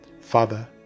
Father